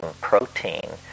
protein